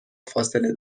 فاصله